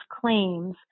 claims